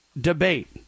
debate